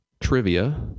trivia